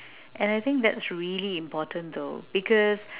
and I think that's really important though because